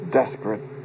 desperate